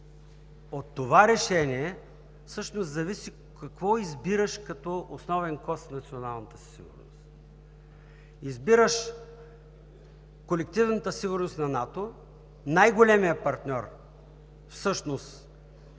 от това решение зависи какво избираш като основен коз в националната си сигурност. Избираш колективната сигурност на НАТО – най-големият партньор.